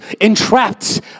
entrapped